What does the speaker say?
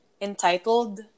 entitled